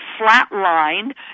flatlined